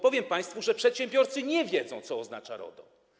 Powiem państwu, że przedsiębiorcy nie wiedzą, co oznacza RODO.